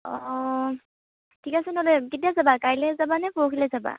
অঁ ঠিক আছে নহ'লে কেতিয়া যাবা কাইলৈ যাবা নে পৰহিলৈ যাবা